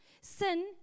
Sin